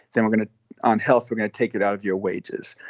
then we're gonna onhealth we're going to take it out of your wages.